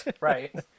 right